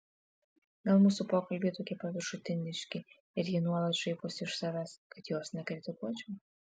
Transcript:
gal mūsų pokalbiai tokie paviršutiniški ir ji nuolat šaiposi iš savęs kad jos nekritikuočiau